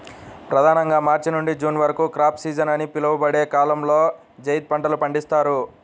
ప్రధానంగా మార్చి నుండి జూన్ వరకు క్రాప్ సీజన్ అని పిలువబడే కాలంలో జైద్ పంటలు పండిస్తారు